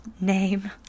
name